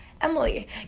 Emily